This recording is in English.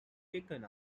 taken